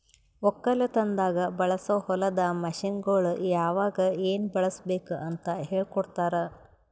ಒಕ್ಕಲತನದಾಗ್ ಬಳಸೋ ಹೊಲದ ಮಷೀನ್ಗೊಳ್ ಯಾವಾಗ್ ಏನ್ ಬಳುಸಬೇಕ್ ಅಂತ್ ಹೇಳ್ಕೋಡ್ತಾರ್